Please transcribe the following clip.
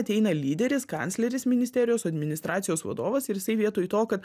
ateina lyderis kancleris ministerijos administracijos vadovas ir jisai vietoj to kad